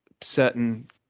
certain